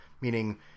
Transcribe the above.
meaning